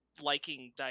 liking